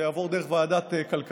זה יעבור דרך ועדת הכלכלה.